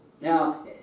Now